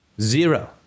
Zero